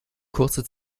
kurze